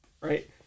right